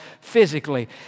physically